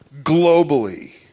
globally